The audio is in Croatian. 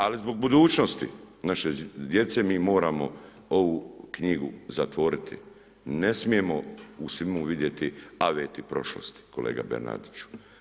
Ali zbog budućnosti naše djece mi moramo ovu knjigu zatvoriti, ne smijemo u svemu vidjeti aveti prošlosti, kolega Bernardiću.